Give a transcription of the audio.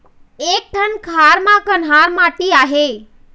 एक ठन खार म कन्हार माटी आहे?